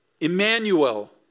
Emmanuel